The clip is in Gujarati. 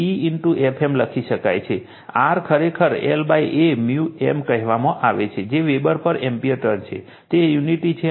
તેથી R ખરેખર lA M કહેવામાં આવે છે જે વેબર પર એમ્પીયર ટર્ન્સ છે તે યુનિટી છે